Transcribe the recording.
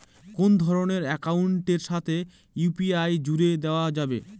কোন ধরণের অ্যাকাউন্টের সাথে ইউ.পি.আই জুড়ে দেওয়া যাবে?